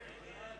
ההסתייגות